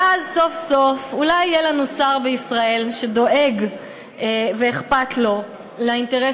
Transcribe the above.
ואז סוף-סוף אולי יהיה לנו שר בישראל שדואג ושאכפת לו מהאינטרסים